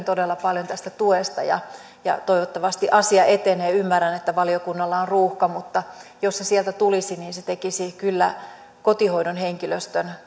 todella paljon tästä tuesta ja ja toivottavasti asia etenee ymmärrän että valiokunnalla on ruuhka mutta jos se sieltä tulisi niin se tekisi kyllä kotihoidon henkilöstön